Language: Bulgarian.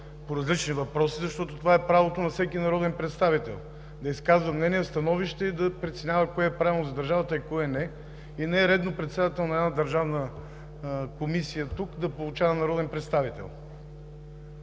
по различни въпроси, защото това е право на всеки народен представител – да изказва мнения, становища и да преценява кое е правилно за държавата и кое не. И не е редно председател на държавна комисия тук да поучава народен представител!